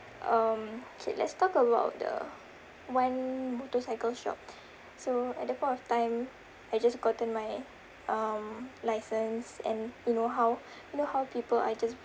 um okay let's talk about the one motorcycle shop so at that point of time I just gotten my um license and you know how you know how people are just